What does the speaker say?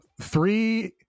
Three